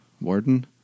Warden